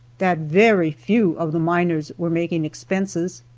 that very few of the miners were making expenses,